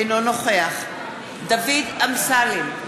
אינו נוכח דוד אמסלם,